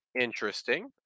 Interesting